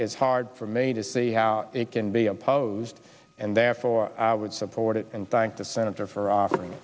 it's hard for me to see how it can be opposed and therefore our would support it and thank the senator for offering